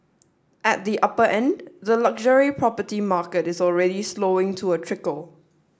at the upper end the luxury property market is already slowing to a trickle